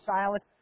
silent